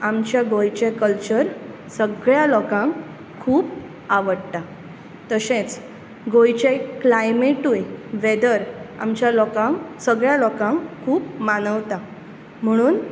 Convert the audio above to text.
आमच्या गोंयचें कल्चर सगळ्या लोकांक खूब आवडटा तशेंच गोंयचें क्लायमेटूय वेदर आमच्या लोकांक सगळ्या लोकांक खूब मानवता म्हणून